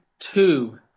Two